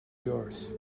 yours